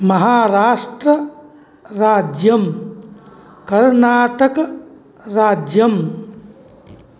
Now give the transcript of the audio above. महाराष्ट्रराज्यम् कर्नाटकराज्यम्